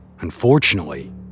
Unfortunately